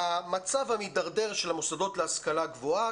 למצב המידרדר של המוסדות להשכלה גבוהה,